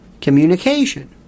communication